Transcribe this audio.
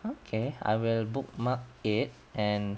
okay I will bookmark it and